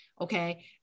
Okay